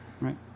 right